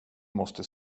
måste